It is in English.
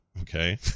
Okay